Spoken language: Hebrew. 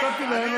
נתתי לה מתנה.